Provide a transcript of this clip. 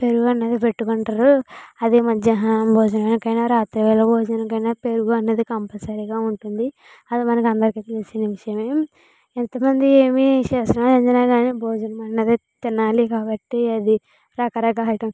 పెరుగన్నది పెట్టుకుంటారు అదే మధ్యాహ్నం భోజనానికి అయినా రాత్రి వేళ భోజనానికైనా పెరుగనేది కంపల్సరిగా ఉంటుంది అది మనందరికీ తెలిసిన విషయమే ఎంతమంది ఏమి చేసినా సరే భోజనం అనేది తినాలి కాబట్టి అది రకరకాల ఐటమ్